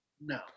No